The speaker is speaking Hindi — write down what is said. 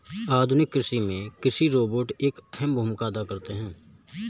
आधुनिक कृषि में कृषि रोबोट एक अहम भूमिका अदा कर रहे हैं